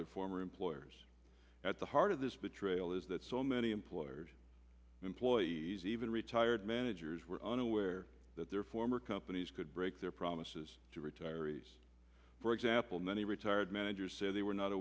their former employers at the heart of this betrayal is that so many employers employees even retired managers were unaware that their former companies could break their promises to retirees for example many retired managers said they were not